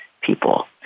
people